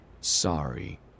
Sorry